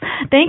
thank